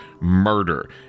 murder